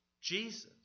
Jesus